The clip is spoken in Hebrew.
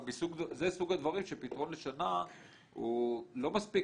זה סוג הדברים שפתרון לשנה הוא לא מספיק